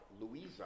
Louisa